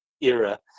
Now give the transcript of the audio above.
era